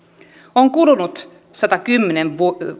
on kulunut satakymmentä